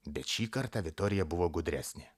bet šį kartą vitorija buvo gudresnė